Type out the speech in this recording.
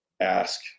ask